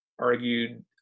argued